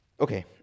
okay